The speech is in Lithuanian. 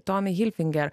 tomy hilfinger